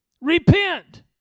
Repent